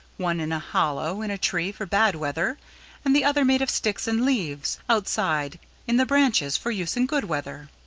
one in a hollow in a tree for bad weather and the other made of sticks and leaves outside in the branches for use in good weather.